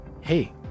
hey